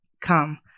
come